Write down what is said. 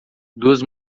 duas